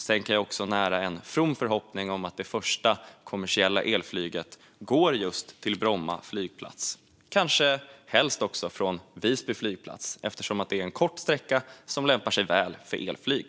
Sedan kan jag nära en from förhoppning om att det första kommersiella elflyget går just till Bromma flygplats - kanske helst också från Visby flygplats, eftersom det är en kort sträcka som lämpar sig väl för elflyg.